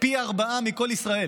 פי ארבעה מכל ישראל,